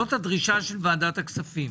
זו הדרישה של ועדת הכספים.